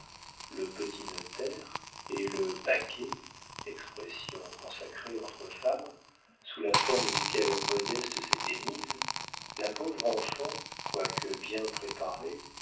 le petit notaire et le paquet expression consacrée entre femmes sous la forme duquel modeste s'était mise la pauvre enfant quoique bien préparée